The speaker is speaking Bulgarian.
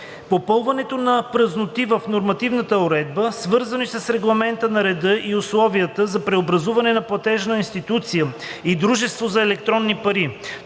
Попълването на празноти в нормативната уредба, свързани с регламентацията на реда и условията за преобразуване на платежна институция и дружество за електронни пари.